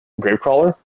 Gravecrawler